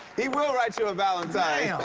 he will write you a valentine.